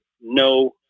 no